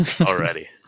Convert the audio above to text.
already